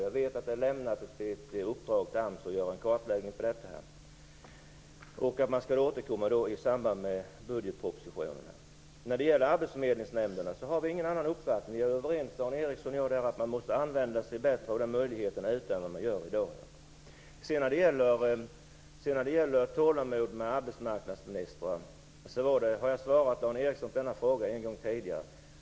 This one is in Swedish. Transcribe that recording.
Jag vet att AMS fick i uppdrag att göra en kartläggning. Regeringen skall återkomma i samband med budgetpropositionen. När det gäller arbetsförmedlingsnämnderna har vi ingen annan uppfattning. Dan Ericsson och jag är överens om att man måste använda möjligheterna bättre än vad man gör i dag. Jag har svarat Dan Ericsson på frågan om tålamod med arbetsmarknadsministrar en gång tidigare.